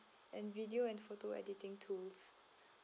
and video and photo editing tools